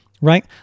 Right